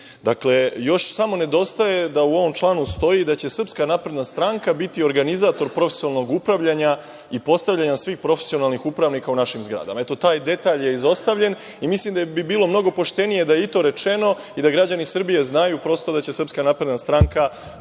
Dakle, još samo nedostaje da u ovom članu stoji da će SNS biti organizator profesionalnog upravljanja i postavljanja svih profesionalnih upravnika u svim našim zgradama. Taj detalj je izostavljen. Mislim da bi bilo mnogo poštenije da je i to rečeno i da građani Srbije znaju da će SNS postavljati,